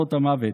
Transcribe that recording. במחנות המוות.